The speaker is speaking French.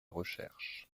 recherche